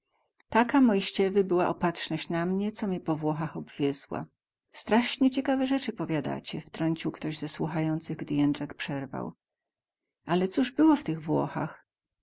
taka moiściewy była opatrzność na mnie co mie po włochach obwiezła straśnie ciekawe rzecy powiadacie wtrącił ktoś ze słuchających gdy jędrek przerwał ale coz było w tych włochach